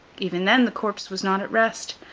even then, the corpse was not at rest.